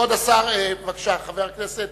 חבר הכנסת